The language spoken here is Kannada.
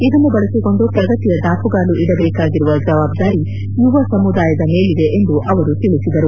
ಇದನ್ನು ಬಳಸಿಕೊಂಡು ಪ್ರಗತಿಯ ದಾಪುಗಾಲು ಇಡಬೇಕಾಗಿರುವ ಜವಾಬ್ದಾರಿ ಯುವ ಸಮುದಾಯದ ಮೇಲಿದೆ ಎಂದು ಅವರು ತಿಳಿಸಿದರು